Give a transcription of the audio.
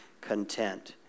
content